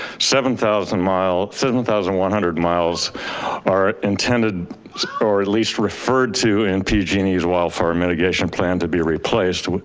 seven thousand miles, seven thousand one hundred miles are intended or at least referred to in pg and e's wildfire mitigation plan to be replaced.